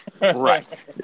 Right